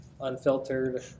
unfiltered